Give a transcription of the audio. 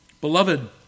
Beloved